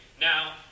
Now